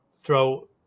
throw